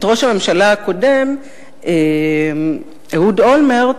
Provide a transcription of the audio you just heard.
את ראש הממשלה הקודם, אהוד אולמרט,